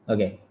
Okay